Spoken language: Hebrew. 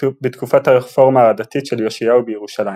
בתקופת הרפורמה הדתית של יאשיהו בירושלים.